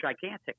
gigantic